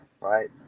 right